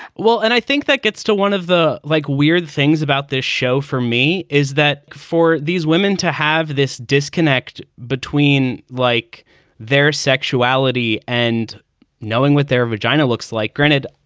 well, and i think that gets to one of the like weird things about this show for me is that for these women to have this disconnect between like their sexuality and knowing what their vagina looks like. granted,